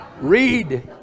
Read